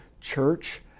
church